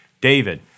David